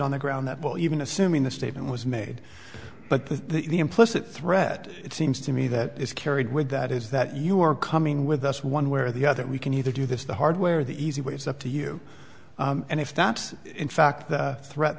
on the ground that well even assuming the statement was made but the implicit threat it seems to me that is carried with that is that you are coming with us one way or the other we can either do this the hard way or the easy way is up to you and if that's in fact the threat